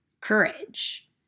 courage